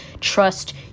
trust